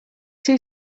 two